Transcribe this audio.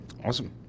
Awesome